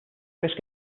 chris